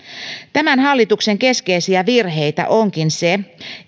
tämän hallituksen keskeisiä virheitä onkin se